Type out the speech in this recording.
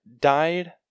died